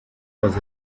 was